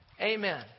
Amen